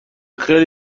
خیلی